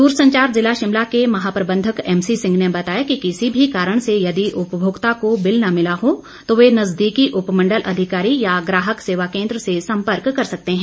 दूरसंचार जिला शिमला के महाप्रबंधक एमसी सिंह ने बताया कि किसी भी कारण से यदि उपमोक्ता को बिल न मिला हो तो वो नजदीकी उपमण्डल अधिकारी या ग्राहक सेवा केन्द्र से सम्पर्क कर सकते हैं